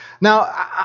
Now